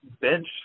bench